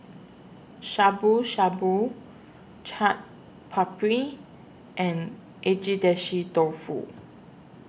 Shabu Shabu Chaat Papri and Agedashi Dofu